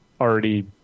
already